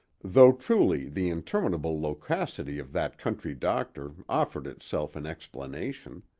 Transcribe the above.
though truly the interminable loquacity of that country doctor offered itself in explanation.